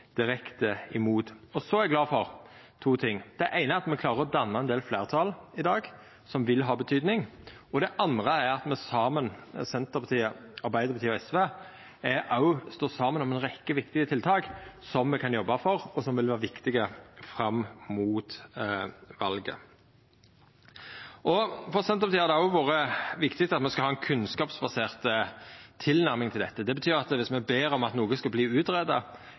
direkte imot. Og så er eg glad for to ting: Det eine er at me klarer å danna ein del fleirtal i dag som vil ha betydning. Det andre er at Senterpartiet, Arbeidarpartiet og SV står saman om ei rekkje viktige tiltak som me kan jobba for, og som vil vera viktige fram mot valet. For Senterpartiet har det òg vore viktig at me skal ha ei kunnskapsbasert tilnærming til dette. Det betyr at viss me ber om å få noko